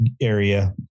area